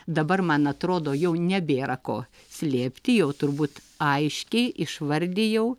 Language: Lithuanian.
dabar man atrodo jau nebėra ko slėpti jau turbūt aiškiai išvardijau